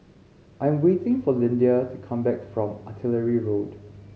I'm waiting for Lyndia to come back from Artillery Road